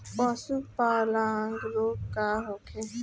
पशु प्लग रोग का होखे?